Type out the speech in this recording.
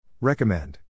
Recommend